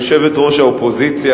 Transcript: יושבת-ראש האופוזיציה,